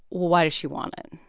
why does she want it?